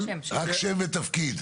תרגלתם את זה פעם בוודאי.